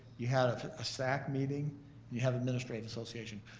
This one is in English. you had a sac meeting and you have administrative association.